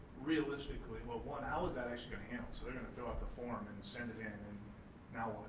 realistically, well one, how is that actually gonna handle? so they're gonna fill out the form and send it in and now what?